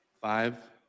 five